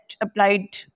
applied